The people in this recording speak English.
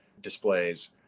displays